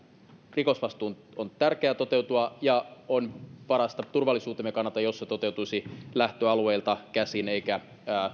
rikosvastuun on tärkeä toteutua ja on parasta turvallisuutemme kannalta jos se toteutuisi lähtöalueilta käsin eikä